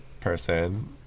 person